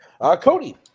Cody